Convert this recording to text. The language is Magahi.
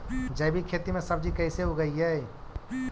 जैविक खेती में सब्जी कैसे उगइअई?